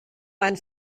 einen